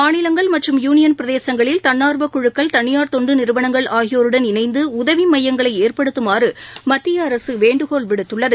மாநிலங்கள் மற்றும் யூனியன் பிரதேசங்களில் தன்னார்வ குழக்கள் தனியார் தொண்டு நிறுவனங்கள் ஆகியோருடன் இணைந்து உதவி மையங்களை ஏற்படுத்தமாறு மத்திய அரசு வேண்டுகோள் விடுத்துள்ளது